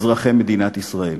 אזרחי מדינת ישראל.